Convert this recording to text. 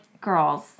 girls